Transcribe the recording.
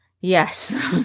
Yes